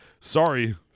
Sorry